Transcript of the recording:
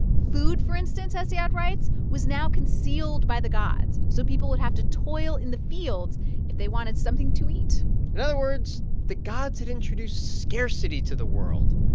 food, for instance, hesiod writes, was now concealed concealed by the gods, so people would have to toil in the fields if they wanted something to eat in other words, the gods had introduced scarcity to the world.